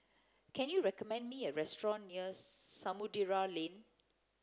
can you recommend me a restaurant nears Samudera Lane